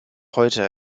heute